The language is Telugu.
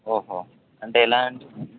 ఓహో అంటే ఎలా అండి